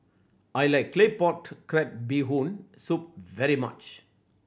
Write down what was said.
I like Claypot Crab Bee Hoon Soup very much